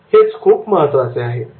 हेच खूप महत्त्वाचे आहे